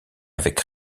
avec